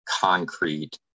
concrete